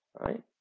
right